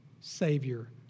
Savior